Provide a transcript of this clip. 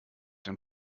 den